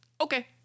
okay